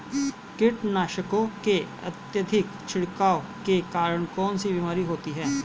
कीटनाशकों के अत्यधिक छिड़काव के कारण कौन सी बीमारी होती है?